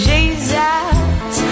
Jesus